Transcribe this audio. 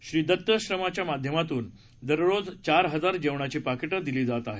श्री दत्ताश्रमाच्या माध्यमातून दररोज चार हजार जेवणाची पाकिटं दिली जात आहेत